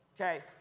okay